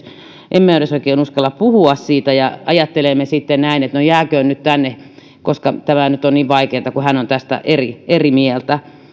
emme edes oikein uskalla puhua siitä ja ajattelemme sitten näin että no jääköön nyt tänne koska tämä nyt on niin vaikeata kun hän on tästä eri eri mieltä